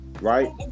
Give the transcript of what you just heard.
Right